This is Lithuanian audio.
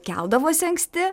keldavosi anksti